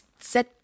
set